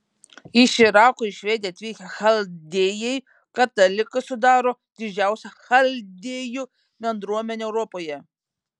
iš irako į švediją atvykę chaldėjai katalikai sudaro didžiausią chaldėjų bendruomenę europoje